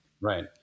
Right